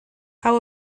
how